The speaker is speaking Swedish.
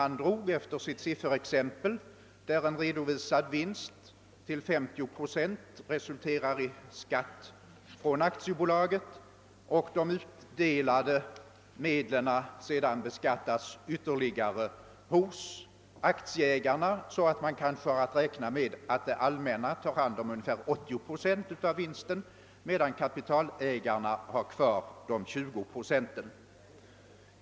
I herr Hagnells exempel resulterade en redovisad vinst i en skatt från aktiebolaget på 50 procent, och de utdelade medlen beskattas sedan ytterligare hos aktieägaren, varför man får räkna med att det allmänna tar hand om ungefär 80 procent av vinsten, medan kapitalägarna har kvar 20 procent.